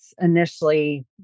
initially